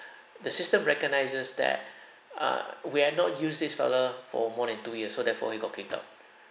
the system recognises that uh we have not used this fellow for more than two years so therefore he got kicked out